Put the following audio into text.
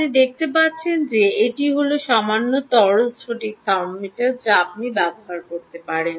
আপনি দেখতে পাচ্ছেন যে এটি হল সামান্য তরল স্ফটিক থার্মোমিটার যা আপনি ব্যবহার করতে পারেন